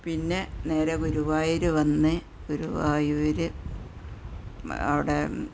പിന്നെ നേരെ ഗുരുവായൂർ വന്ന് ഗുരുവായൂർ അവിടെ